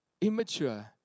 Immature